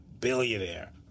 billionaire